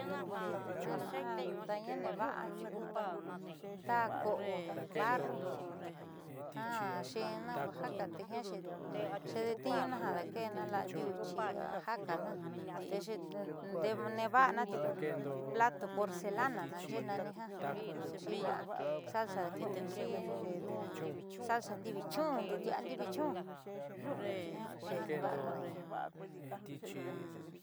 Bueno ada'aña neeva'a tiuku ta ko'o barru ja xe'enna oaxaca te jiaa xe'edetniiñuna ja daake'ena la'a ndiuchi ja ka'ajna tee neeva'ana tiuku plato porcelana naanxe'e nani ja jaku'unxi salsa ndiivichun ndiuutia'a ndivichun jiaa kuja neeva'a ada'aña.